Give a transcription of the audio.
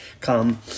come